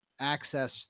Access